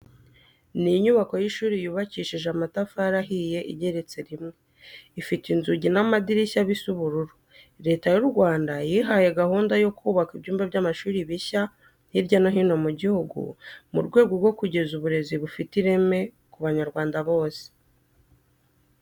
Ni inyubako y'ishuri yubakishije amatafari ahiye igeretse rimwe, ifite inzugi n'amadirishya bisa ubururu. Leta y'u Rwanda yihaye gahunda yo kubaka ibyumba by'amashuri bishya hirya no hino mu gihugu mu rwego rwo kugeza uburezi bufite ireme ku Banyarwanda bose.